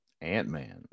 ant-man